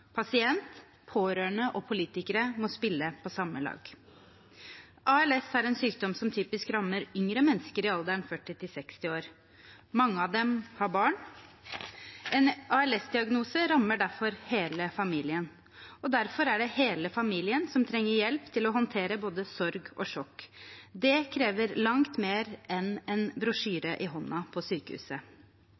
Pasient, pårørende og politikere må spille på samme lag. ALS er en sykdom som typisk rammer yngre mennesker, i alderen 40–60 år. Mange av dem har barn. En ALS-diagnose rammer dermed hele familien, og derfor er det hele familien som trenger hjelp til å håndtere både sorg og sjokk. Det krever langt mer enn en brosjyre i hånden på sykehuset.